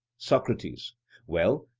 socrates well,